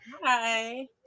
Hi